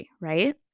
right